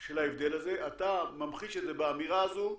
של ההבדל הזה, אתה ממחיש את זה באמירה הזו,